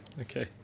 okay